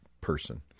person